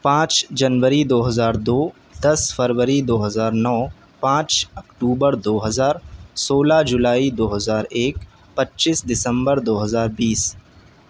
پانچ جنوری دو ہزار دو دس فروری دو ہزار نو پانچ اکتوبر دو ہزار سولہ جولائی دو ہزار ایک پچیس دسمبر دو ہزار بیس